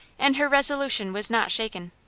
and her resolution was not shaken.